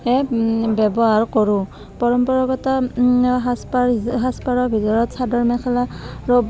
ব্যৱহাৰ কৰোঁ পৰম্পৰাগত সাজপাৰ সাজপাৰৰ ভিতৰত চাদৰ মেখেলা আৰু